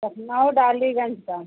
लखनऊ डालीगंज का